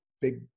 big